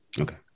okay